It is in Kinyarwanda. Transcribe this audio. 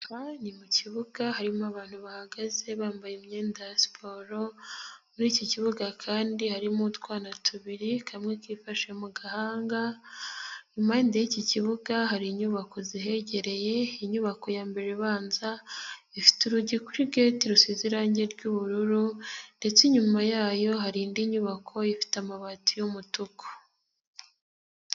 Ni mu kibuga harimo abantu bahagaze bambaye imyenda ya siporo, muri iki kibuga kandi harimo utwana tubiri kamwe kifashe mu gahanga, imande yiki kibuga hari inyubako zihegereye, inyubako ya mbere ibanza ifite urugi kuri gete rusize irangi ry'ubururu ndetse inyuma yayo hari indi nyubako ifite amabati y'umutuku.